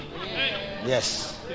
yes